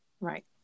Right